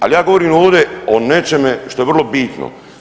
Ali ja govorim ovdje o nečeme što je vrlo bitno.